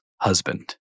Husband